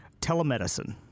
telemedicine